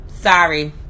Sorry